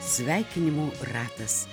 sveikinimų ratas